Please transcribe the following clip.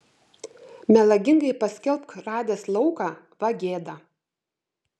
melagingai paskelbk radęs lauką va gėda